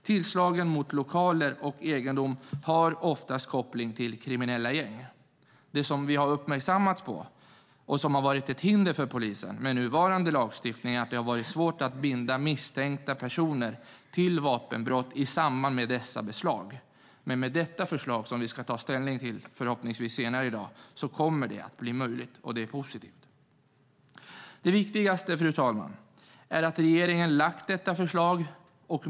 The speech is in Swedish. Tillslagen mot lokaler och egendom har oftast koppling till kriminella gäng. Det som vi har uppmärksammats på och som har varit ett hinder för polisen med nuvarande lagstiftning är att det varit svårt att binda misstänkta personer till vapenbrott i samband med dessa beslag. Med detta förslag, som vi ska ta ställning till senare i dag, kommer det att bli möjligt, och det är positivt. Det viktigaste är att regeringen har lagt fram detta första förslag.